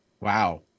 Wow